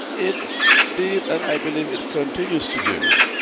it did, and i believe it continues to do,